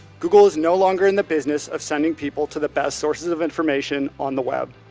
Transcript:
google is no longer in the business of sending people to the best sources of information on the web.